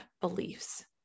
beliefs